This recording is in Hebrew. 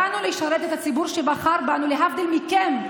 באנו לשרת את הציבור שבחר בנו, להבדיל מכם,